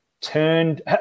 turned –